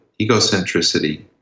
egocentricity